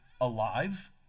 alive